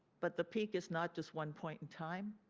but the peak is not just one point in time.